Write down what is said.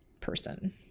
person